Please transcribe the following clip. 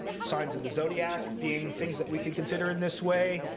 signs of the zodiac being things that we could consider in this way.